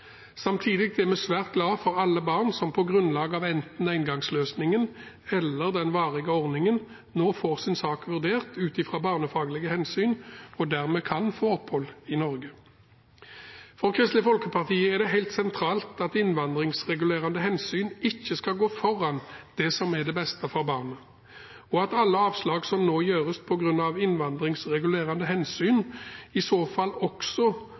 Samtidig er vi svært glade for alle barn som på grunnlag av enten engangsløsningen eller den varige ordningen nå får sin sak vurdert ut fra barnefaglige hensyn og dermed kan få opphold i Norge. For Kristelig Folkeparti er det helt sentralt at innvandringsregulerende hensyn ikke skal gå foran det som er det beste for barnet, og at alle avslag som nå gjøres på grunn av innvandringsregulerende hensyn, i så fall også